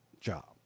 job